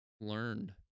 learned